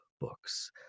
Books